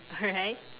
alright